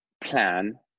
plan